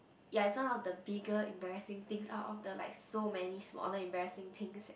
ya it's one of the bigger embarrassing things out of the like so many smaller embarrassing things